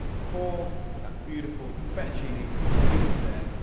pour that beautiful fettuccine into there,